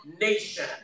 nation